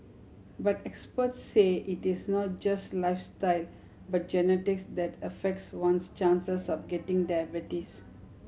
but experts say it is not just lifestyle but genetics that affects one's chances of getting diabetes